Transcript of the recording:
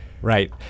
Right